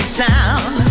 town